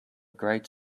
great